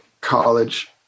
college